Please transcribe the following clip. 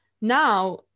now